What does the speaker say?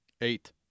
Eight